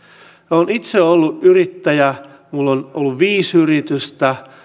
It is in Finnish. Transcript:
olen itse ollut yrittäjä minulla on ollut viisi yritystä